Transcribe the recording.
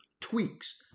tweaks